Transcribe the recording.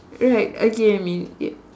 right I get you mean ya